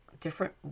different